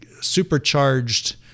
supercharged